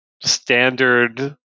standard